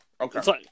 Okay